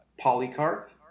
Polycarp